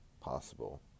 possible